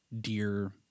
dear